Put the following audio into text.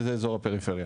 וזה אזור הפריפריה.